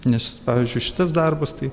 nes pavyzdžiui šitas darbas tai